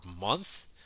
month